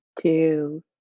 two